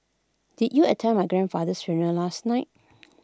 did you attend my grandfather's funeral last night